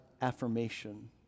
affirmation